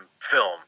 film